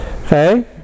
Okay